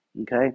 okay